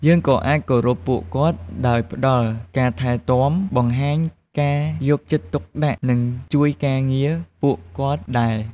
យើងក៏អាចគោរពពួកគាត់ដោយផ្ដល់ការថែទាំ បង្ហាញការយកចិត្តទុកដាក់ និងជួយការងារពួកគាត់ដែរ។